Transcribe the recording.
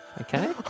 Okay